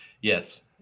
Yes